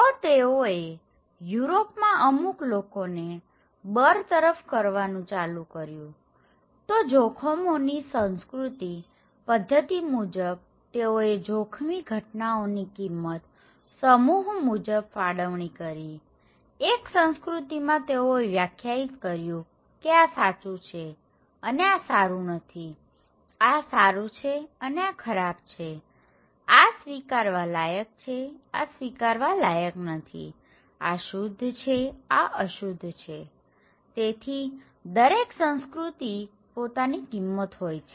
તો તેઓએ યુરોપમાં અમુક લોકોને બરતરફ કરવાનું ચાલુ કર્યુતો જોખમોની સંસ્કૃતિ પધ્ધતિ મુજબ તેઓએ જોખમી ઘટનાઓની કિંમત સમૂહ મુજબ ફાળવણી કરીએક સંસ્કૃતિમાં તેઓએ વ્યાખ્યાયિત કર્યું કે આ સાચું છે અને આ સારું નથીઆ સારું છે અને આ ખરાબ છે આ સ્વીકારવા લાયક છે આ સ્વીકારવા લાયક નથી આ શુદ્ધ છેઆ અશુદ્ધ છે બરાબર તેથી દરેક સંસ્કૃતિની પોતાની કિંમત હોય છે